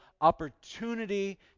opportunity